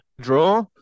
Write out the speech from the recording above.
draw